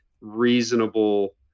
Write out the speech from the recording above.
reasonable